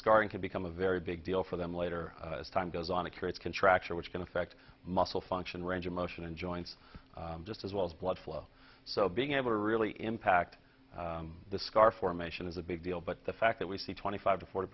scarring can become a very big deal for them later as time goes on it creates contraction which can affect muscle function range of motion and joints just as well as blood flow so being able to really impact the scar formation is a big deal but the fact that we see twenty five to forty